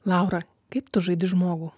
laura kaip tu žaidi žmogų